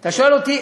אתה שואל אותי?